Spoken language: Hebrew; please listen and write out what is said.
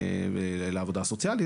לעבודה סוציאלית.